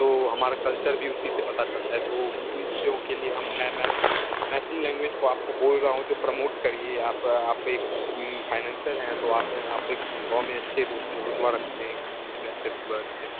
तो हमारा कल्चर भी उसी से पता चलता है तो इन चीजों के लिए हम मैं मैं मैथिली लैंग्वेज को आपको बोल रहा हूँ जो प्रमोट करिए आप आप एक फाइनेंसर हैं तो आप आप एक गाँव में अच्छे रु रुतबा रखते हैं जिले में अच्छे रुतबा रखते हैं